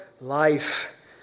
life